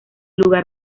lugar